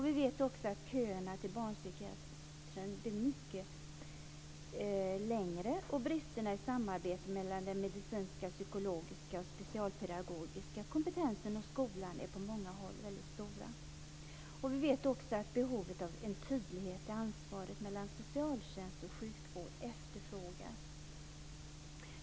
Vi vet också att köerna till barnpsykiatrin blir mycket längre. Bristerna i samarbetet mellan den medicinska, psykologiska och specialpedagogiska kompetensen och skolan är på många håll väldigt stora. Vi vet också att behovet av en tydlighet i ansvaret mellan socialtjänst och sjukvård efterfrågas.